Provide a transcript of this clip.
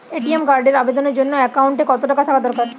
ATM কার্ডের আবেদনের জন্য অ্যাকাউন্টে কতো টাকা থাকা দরকার?